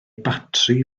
batri